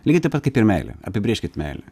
lygiai taip pat kaip ir meilė apibrėžkit meilę